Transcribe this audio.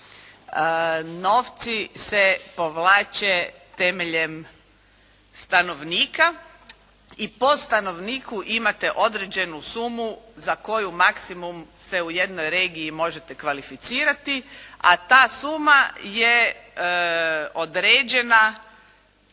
Novci se povlače temeljem stanovnika i po stanovniku imate određenu sumu za koju maksimum se u jednoj regiji možete kvalificirati, a ta suma je određena